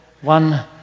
one